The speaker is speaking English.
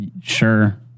sure